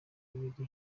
abiri